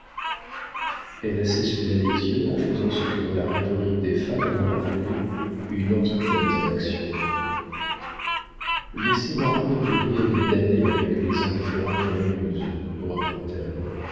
elle s'essuya les yeux en faisant ce que dans la rhétorique des femmes on doit appeler une antithèse en action laissez-moi rire du rire des damnés avec les indifférents qui m'amusent reprit-elle